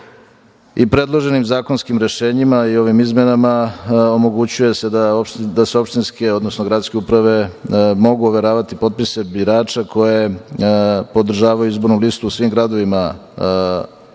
i predloženim zakonskim rešenjima i ovim izmenama omogućuje da opštinske, odnosno gradske uprave mogu overavati potpise birača koje podržavaju izbornu listu u svim gradovima i